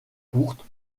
courtes